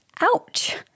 Ouch